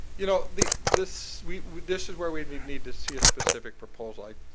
you know the this we this is where we and we need to see a specific proposed like,